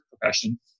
profession